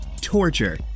torture